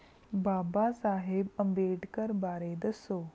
ਬਾਬਾ ਸਾਹਿਬ ਅੰਬੇਡਕਰ ਬਾਰੇ ਦੱਸੋ